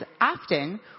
often